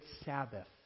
Sabbath